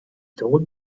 told